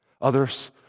Others